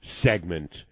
segment